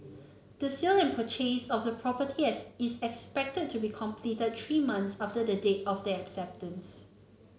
the sale and purchase of the property as is expected to be completed three months after the date of the acceptance